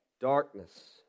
Darkness